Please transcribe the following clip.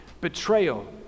betrayal